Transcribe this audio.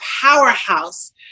powerhouse